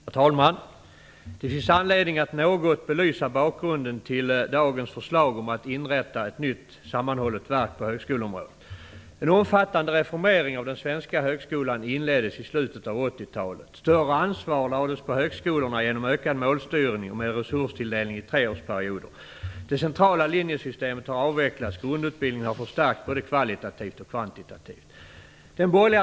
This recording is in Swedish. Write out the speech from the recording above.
Herr talman! Det finns anledning att något belysa bakgrunden till dagens förslag om att inrätta ett nytt sammanhållet verk på högskoleområdet. En omfattande reformering av den svenska högskolan inleddes i slutet av 80-talet. Större ansvar lades på högskolorna genom ökad målstyrning och med resurstilldelning i treårsperioder. Det centrala linjesystemet har avvecklats. Grundutbildningen har förstärkts både kvalitativt och kvantitativt.